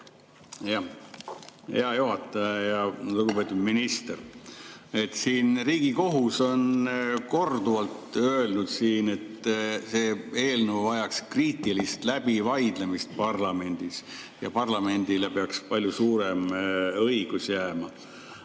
Hea juhataja! Lugupeetud minister! Riigikohus on korduvalt öelnud, et see eelnõu vajaks kriitilist läbivaidlemist parlamendis ja parlamendile peaks palju suurem õigus jääma.